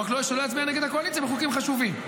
רק שלא יצביע נגד הקואליציה בחוקים חשובים.